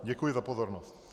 Děkuji za pozornost.